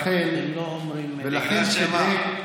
לא, אתם לא אומרים, בגלל שמה?